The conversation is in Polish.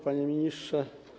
Panie Ministrze!